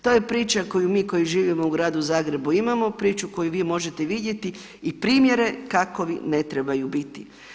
To je priča koju mi koji živimo u gradu Zagrebu imamo, priču koju vi možete vidjeti i primjere kakovi ne trebaju biti.